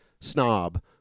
snob